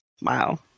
Wow